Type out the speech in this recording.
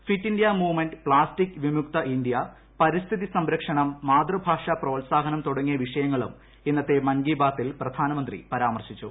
fit India movement plastic വിമുക്ത India പരിസ്ഥിതി സംരക്ഷണം മാതൃഭാഷ പ്രോത്സാഹനം തുടങ്ങിയ വിഷയങ്ങളും ഇന്നത്തെ മൻ കി ബാത്തിൽ പ്രധാനമന്ത്രി പരാമർശിച്ചു